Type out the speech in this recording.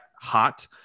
hot